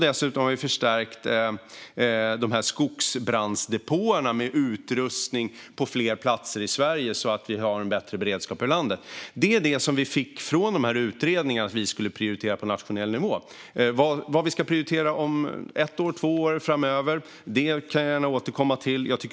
Dessutom har vi på fler platser i Sverige förstärkt skogsbrandsdepåerna med utrustning, så att vi har bättre beredskap över landet. Det var det vi fick veta från utredningarna att vi skulle prioritera på nationell nivå. Vad vi ska prioritera om ett eller två år och framöver kan jag återkomma till.